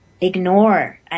ignore